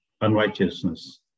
unrighteousness